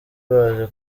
baje